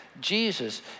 Jesus